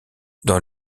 dans